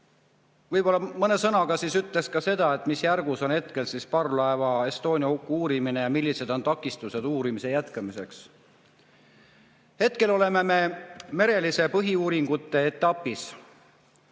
Võib-olla ma mõne sõnaga ütleks ka seda, mis järgus on hetkel parvlaeva Estonia huku uurimine ja millised on takistused uurimise jätkamiseks. Hetkel oleme mereliste põhiuuringute etapis.